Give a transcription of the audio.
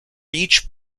each